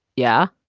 yeah